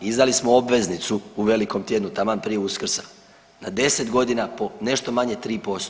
Izdali smo obveznicu u velikom tjednu taman prije Uskrsa na 10 godina po nešto manje 3%